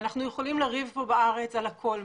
אנחנו יכולים לריב פה בארץ על הכול,